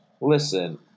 listen